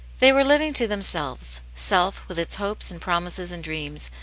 they were living to themselves self, with its hopes, and promises, and dreams,